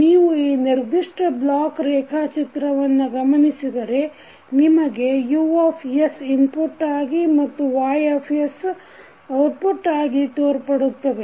ನೀವು ಈ ನಿರ್ದಿಷ್ಟ ಬ್ಲಾಕ್ ರೇಖಾಚಿತ್ರವನ್ನು ಗಮನಿಸಿದರೆ ನಿಮಗೆ U ಇನ್ಪುಟ್ ಆಗಿ ಮತ್ತು Y as ಔಟ್ಪುಟ್ ಆಗಿ ತೋರ್ಪಡುತ್ತವೆ